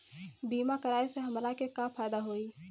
बीमा कराए से हमरा के का फायदा होई?